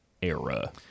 era